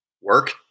work